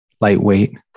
lightweight